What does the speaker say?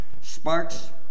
Sparks